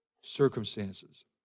circumstances